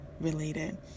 related